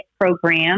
Program